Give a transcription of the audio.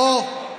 אוה.